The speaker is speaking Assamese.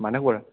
মাণিক বৰা